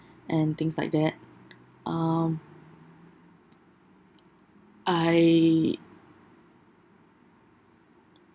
and things like that um I